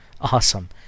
awesome